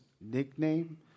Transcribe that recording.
nickname